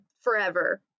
forever